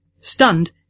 Stunned